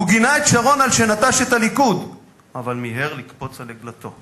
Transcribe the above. הוא גינה את שרון על שנטש את הליכוד אבל מיהר לקפוץ על עגלתו.